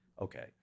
Okay